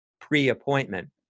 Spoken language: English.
pre-appointment